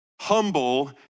humble